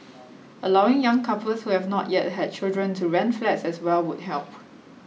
allowing young couples who have not yet had children to rent flats as well would help